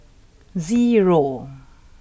zero